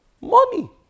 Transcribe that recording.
Money